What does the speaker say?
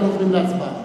אנחנו עוברים להצבעה.